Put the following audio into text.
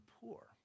poor